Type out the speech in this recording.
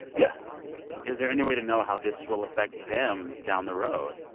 yeah is there any way to know how this will affect them down the road?